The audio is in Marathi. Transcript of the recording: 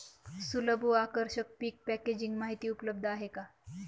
सुलभ व आकर्षक पीक पॅकेजिंग माहिती उपलब्ध आहे का?